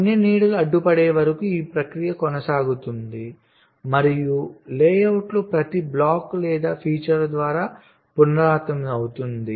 అన్ని నీడలు అడ్డుపడే వరకు ఈ ప్రక్రియ కొనసాగుతుంది మరియు లేఅవుట్లోని ప్రతి బ్లాక్ లేదా ఫీచర్ ద్వారా పునరావృతమవుతుంది